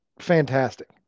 fantastic